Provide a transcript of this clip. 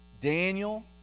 Daniel